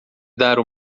dar